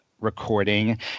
Recording